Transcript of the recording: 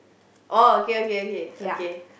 orh okay okay okay okay